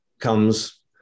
comes